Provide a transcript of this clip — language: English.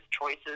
choices